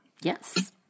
Yes